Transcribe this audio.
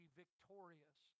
victorious